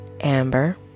amber